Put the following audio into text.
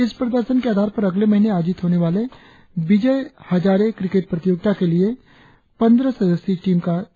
इसमें प्रदर्शन के आधार पर अगले महीने आयोजित होने वाले विजय कुमार क्रिकेट प्रतियोगिता के लिए पंद्रह सदस्यीय टीम का चयन किया जायेगा